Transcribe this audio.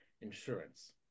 Insurance